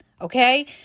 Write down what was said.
Okay